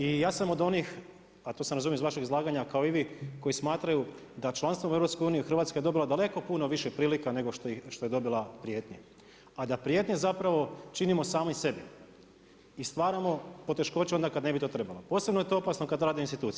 I ja sam od onih, a to sam razumio iz vašeg izlaganja kao i vi koji smatraju da članstvom u EU Hrvatska je dobila daleko puno više prilika nego što je dobila prijetnji, a da prijetnje zapravo činimo sami sebi i stvaramo poteškoće onda kada to ne bi trebalo, posebno je to opasno kada rade institucije.